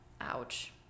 ouch